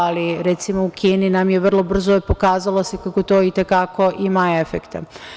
Ali, recimo u Kini nam se vrlo brzo pokazalo kako to i te kako ima efekta.